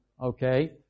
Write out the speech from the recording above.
Okay